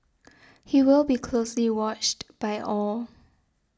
he will be closely watched by all